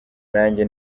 nanjye